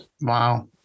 wow